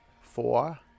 four